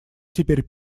теперь